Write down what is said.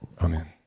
Amen